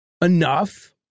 enough